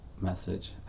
message